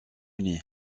uni